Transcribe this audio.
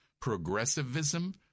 progressivism